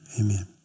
amen